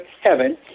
heaven